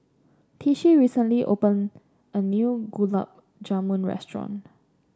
Tishie recently opened a new Gulab Jamun restaurant